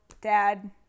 dad